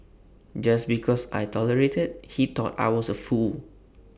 just because I tolerated he thought I was A fool